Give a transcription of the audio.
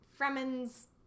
Fremen's